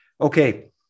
Okay